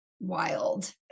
wild